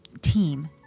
team